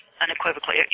unequivocally